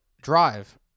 drive